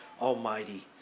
almighty